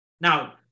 Now